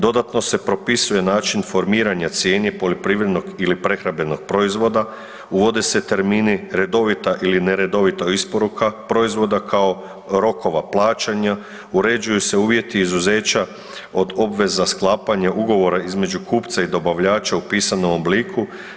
Dodatno se propisuje se način formiranja cijene poljoprivrednog ili prehrambenog proizvoda, uvode se termini redovita ili neredovita isporuka proizvoda kao rokova plaćanja, uređuju se uvjeti izuzeća od obveza sklapanja ugovora između kupca i dobavljača u pisanom obliku.